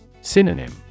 Synonym